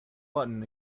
button